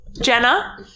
Jenna